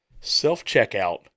Self-checkout